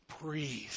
breathe